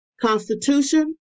Constitution